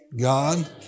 God